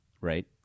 right